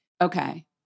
Okay